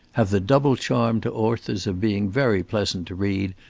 have the double charm to authors of being very pleasant to read,